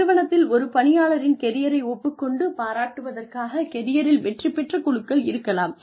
நிறுவனத்தில் ஒரு பணியாளரின் கெரியரை ஒப்புக்கொண்டு பாராட்டுவதற்காக கெரியரில் வெற்றி பெற்ற குழுக்கள் இருக்கலாம்